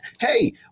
Hey